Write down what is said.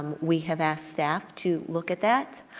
we have asked staff to look at that.